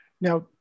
Now